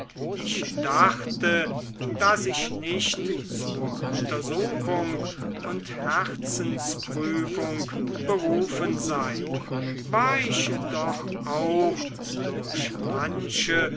ich dachte daß ich nicht zur untersuchung und herzensprüfung berufen sei war ich doch auch durch manche